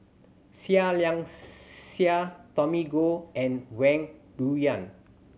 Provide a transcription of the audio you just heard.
Seah Liang Seah Tommy Koh and Wang Dayuan